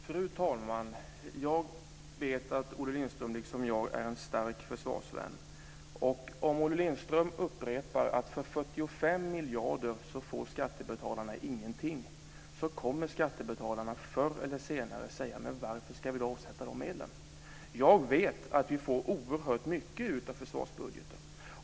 Fru talman! Jag vet att Olle Lindström liksom jag är en stark försvarsvän. Och om Olle Lindström upprepar att skattebetalarna inte får någonting för 45 miljarder så kommer skattebetalarna förr eller senare att säga: Varför ska vi då avsätta dessa medel? Jag vet att vi får ut oerhört mycket av försvarsbudgeten.